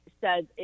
says